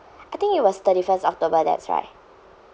I think it was thirty first october that's right